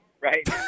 right